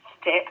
step